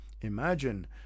imagine